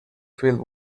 field